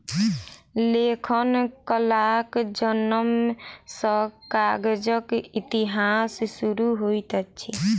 लेखन कलाक जनम सॅ कागजक इतिहास शुरू होइत अछि